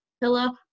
pillow